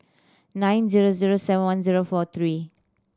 nine zero zero seven one zero four three